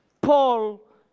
Paul